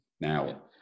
now